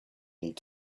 need